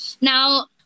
Now